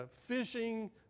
fishing